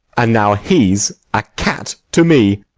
and now he's a cat to me.